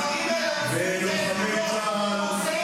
צה"ל -- כל זה נשמע בעדויות.